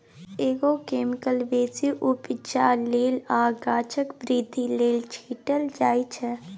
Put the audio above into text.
agrochemicals बेसी उपजा लेल आ गाछक बृद्धि लेल छीटल जाइ छै